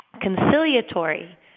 conciliatory